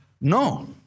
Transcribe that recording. no